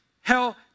hell